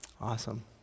Awesome